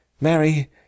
Mary